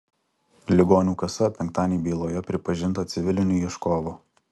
ligonių kasa penktadienį byloje pripažinta civiliniu ieškovu